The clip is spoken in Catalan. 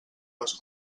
les